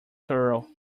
turtle